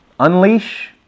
Unleash